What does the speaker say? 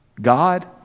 God